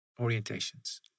orientations